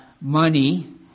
money